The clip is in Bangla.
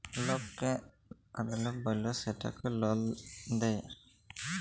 লককে ধকা দিল্যে বল্যে সেটকে লল দেঁয়